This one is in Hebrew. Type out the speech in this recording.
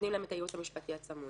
נותנים להם את הייעוץ המשפטי הצמוד.